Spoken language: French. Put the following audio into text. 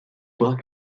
bras